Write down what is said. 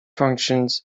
functions